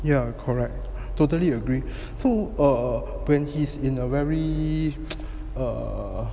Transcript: ya correct totally agree so err when he is in a very err